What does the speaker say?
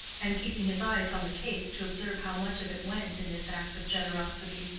and keeping his eyes on the cake to observe how much of it went in this act of generosity.